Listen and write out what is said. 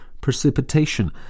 precipitation